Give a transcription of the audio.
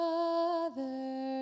Father